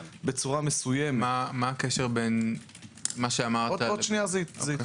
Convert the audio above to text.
הוא יכול לומר: אתה נותן לי 20 שקיות ויכולת לתת ב-5 שקיות.